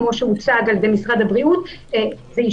כפי שהוצג על-ידי משרד הבריאות- -- אבל